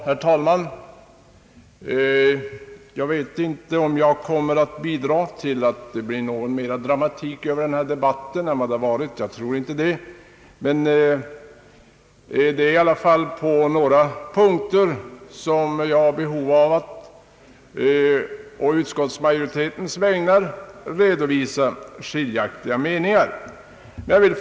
Herr talman! Jag tror inte att jag kommer att bidra till att det blir någon mera dramatik över denna debatt än vad det hittills varit. Jag har emellertid behov av att på några punkter å utskottsmajoritetens vägnar redovisa skiljaktiga meningar.